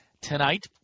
tonight